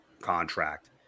contract